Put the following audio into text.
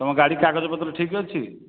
ତୁମ ଗାଡ଼ି କାଗଜ ପତ୍ର ଠିକ୍ ଅଛି